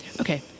Okay